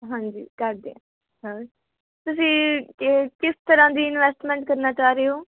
ਹਾਂਜੀ ਕਰਦੇ ਹਾਂ ਹੋਰ ਤੁਸੀਂ ਇਹ ਕਿਸ ਤਰ੍ਹਾਂ ਦੀ ਇਨਵੈਸਟਮੈਂਟ ਕਰਨਾ ਚਾਹ ਰਹੇ ਓ